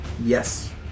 Yes